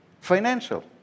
financial